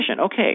okay